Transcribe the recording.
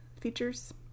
features